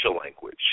language